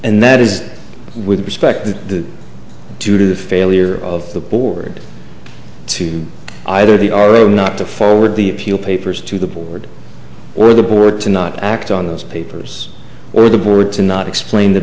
and that is with respect to due to the failure of the board to either the or room not to forward the appeal papers to the board or the board to not act on those papers or the board to not explain the